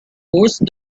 course